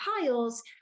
piles